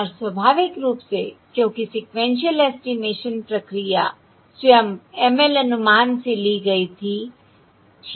और स्वाभाविक रूप से क्योंकि सीक्वेन्शिअल एस्टिमेशन प्रक्रिया स्वयं ML अनुमान से ली गई थी ठीक है